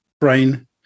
Brain